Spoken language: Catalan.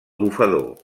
bufador